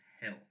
hell